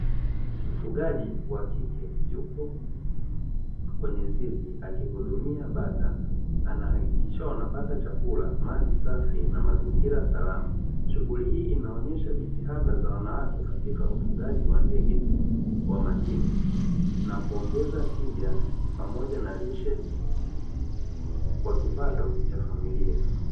Mfugaji wa kike yupo kwenye zizi akihudumia bata. Anahakikisha wanapata chakula, maji safi na mazingira salama. Shughuli hii inaonyesha jitihada za wanawake katika ufugaji wa ndege wa majini na kuongeza tija pamoja na lishe; kwa kipato cha familia.